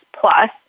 plus